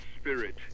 spirit